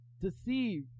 deceive